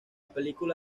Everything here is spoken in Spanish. película